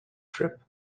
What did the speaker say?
trip